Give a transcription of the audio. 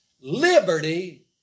Liberty